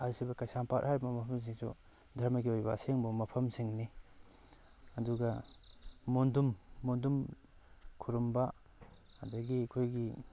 ꯀꯩꯁꯥꯝꯄꯥꯠ ꯍꯥꯏꯔꯤꯕ ꯃꯐꯝꯁꯤꯁꯨ ꯗꯔꯃꯒꯤ ꯑꯣꯏꯕ ꯑꯁꯦꯡꯕ ꯃꯐꯝꯁꯤꯡꯅꯤ ꯑꯗꯨꯒ ꯃꯣꯟꯗꯨꯝ ꯃꯣꯟꯗꯨꯝ ꯈꯨꯔꯨꯝꯕ ꯑꯗꯨꯗꯒꯤ ꯑꯩꯈꯣꯏꯒꯤ